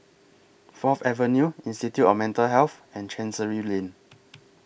Fourth Avenue Institute of Mental Health and Chancery Lane